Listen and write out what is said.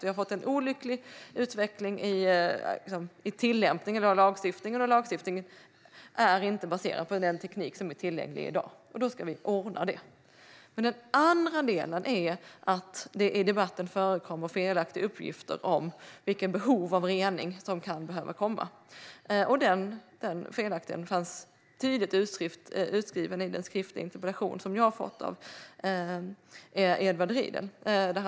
Vi har fått en olycklig utveckling i tillämpningen av lagstiftningen. Lagstiftningen är inte baserad på den teknik som är tillgänglig i dag, så då ska vi ordna det. Den andra delen är att det i debatten förekommer felaktiga uppgifter om vilka behov av rening som kan finnas. En sådan felaktighet fanns tydligt uttryckt i den interpellation som jag har fått av Edward Riedl.